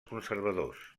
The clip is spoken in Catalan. conservadors